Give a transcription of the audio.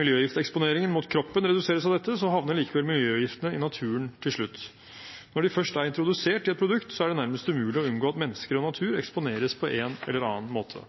miljøgifteksponeringen mot kroppen reduseres av dette, havner likevel miljøgiftene i naturen til slutt. Når de først er introdusert i et produkt, er det nærmest umulig å unngå at mennesker og natur eksponeres på en eller annen måte.